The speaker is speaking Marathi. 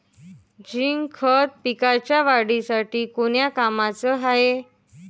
झिंक खत पिकाच्या वाढीसाठी कोन्या कामाचं हाये?